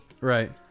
Right